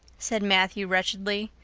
said matthew wretchedly.